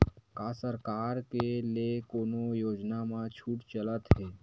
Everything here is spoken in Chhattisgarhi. का सरकार के ले कोनो योजना म छुट चलत हे?